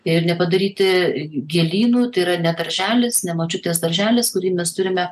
ir nepadaryti gėlynų tai yra ne darželis ne močiutės darželis kurį mes turime